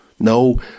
No